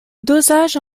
dosage